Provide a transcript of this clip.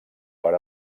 per